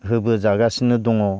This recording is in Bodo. होबो जागासिनो दङ